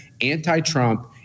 anti-Trump